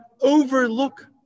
overlook